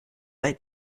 like